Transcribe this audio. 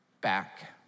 back